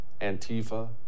Antifa